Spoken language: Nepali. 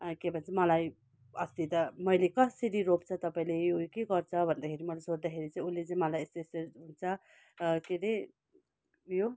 के भन्छ मलाई अस्ति त मैले कसरी रोप्छ तपाईँले यो के गर्छ भन्दाखेरि मैले सोद्धाखेरि चाहिँ उसले चाहिँ मलाई यस्तो यस्तो हुन्छ के अरे उयो